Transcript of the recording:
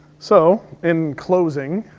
so in closing,